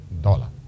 dollar